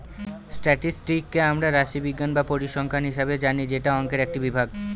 স্ট্যাটিসটিককে আমরা রাশিবিজ্ঞান বা পরিসংখ্যান হিসাবে জানি যেটা অংকের একটি ভাগ